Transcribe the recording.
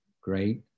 great